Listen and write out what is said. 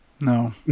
No